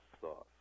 sauce